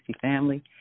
family